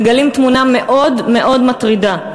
מגלים תמונה מאוד מאוד מטרידה: